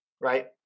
right